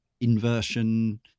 inversion